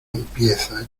empieza